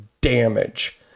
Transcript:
damage